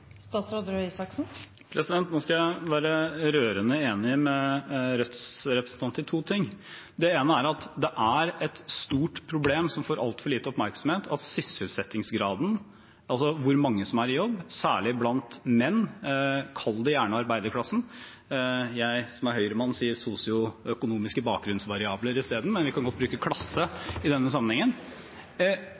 Nå skal jeg være rørende enig med Rødts representant i to ting. Det ene er et stort problem som får altfor lite oppmerksomhet, sysselsettingsgraden, altså hvor mange som er jobb, særlig blant menn – kall det gjerne arbeiderklassen, jeg som er Høyre-mann, sier sosioøkonomiske bakgrunnsvariabler i stedet, men vi kan godt bruke klasse i denne sammenhengen.